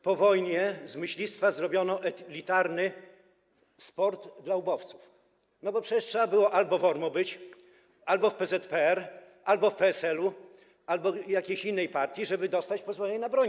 Po wojnie z myślistwa zrobiono elitarny sport dla ubowców, no bo przecież trzeba było być albo w ORMO, albo w PZPR, albo w PSL-u, albo w jakiejś innej partii, żeby dostać pozwolenie na broń.